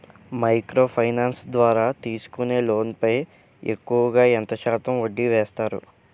Micro finance ద్వారా తీసుకునే loan పై ఎక్కువుగా ఎంత శాతం వడ్డీ వేస్తారు?